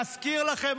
להזכיר לכם,